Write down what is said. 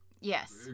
Yes